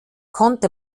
konnte